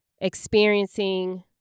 experiencing